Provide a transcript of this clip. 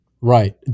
Right